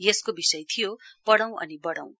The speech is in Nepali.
यसको विषय थियो पढ़ौ अनि बढौं